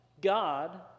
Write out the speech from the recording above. God